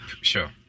Sure